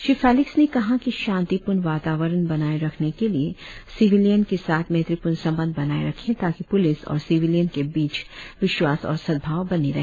Shri Felix ने कहा कि शांतिपूर्ण वातावरण बनाए रखने के लिए सिविलियन के साथ मैत्रिपूर्ण संबंध बनाए रखे ताकि पुलिस और सीविलियन के बीच विश्वास और सद्भाव बनी रहे